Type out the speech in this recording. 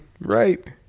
right